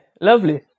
lovely